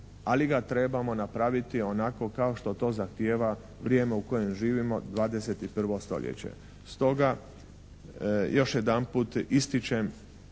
ali ga treba napraviti onako kao što to zahtijeva vrijeme u kojem živimo, 21. stoljeće. Stoga još jedanput ističem